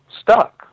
stuck